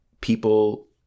people